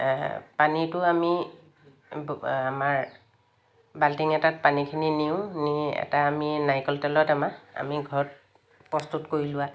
পানীটো আমি আমাৰ বাল্টিং এটাত পানীখিনি নিওঁ নি এটা আমি নাৰিকল তেলৰ টেমা আমি ঘৰত প্ৰস্তুত কৰি লোৱা